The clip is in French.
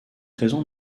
raison